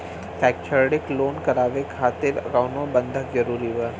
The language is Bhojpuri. शैक्षणिक लोन करावे खातिर कउनो बंधक जरूरी बा?